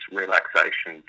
relaxation